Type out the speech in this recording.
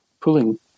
pulling